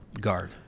Guard